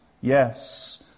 Yes